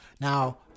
now